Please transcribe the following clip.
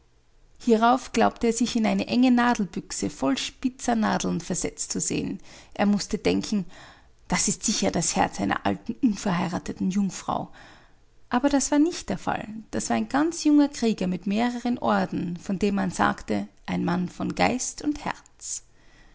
hierauf glaubte er sich in eine enge nadelbüchse voller spitzer nadeln versetzt zu sehen er mußte denken das ist sicher das herz einer alten unverheirateten jungfrau aber das war nicht der fall das war ein ganz junger krieger mit mehreren orden von dem man sagte ein mann von geist und herz